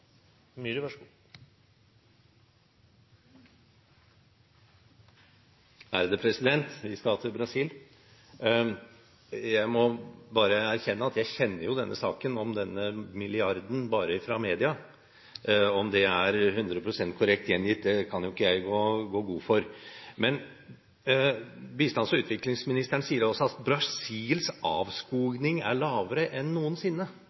Vi skal til Brasil. Jeg må erkjenne at jeg kjenner denne saken om denne milliarden bare fra media. Om det er hundre prosent korrekt gjengitt, kan ikke jeg gå god for. Bistands- og utviklingsministeren sier altså at Brasils avskoging er lavere enn noensinne,